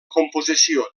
composició